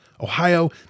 Ohio